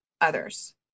others